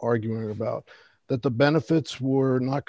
arguing about that the benefits were not